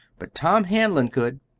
but tom hanlon could.